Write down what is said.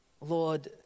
Lord